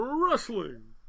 Wrestling